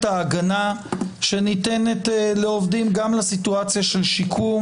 ההגנה שניתנת לעובדים גם לסיטואציה של שיקום,